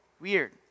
weird